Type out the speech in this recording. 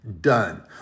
done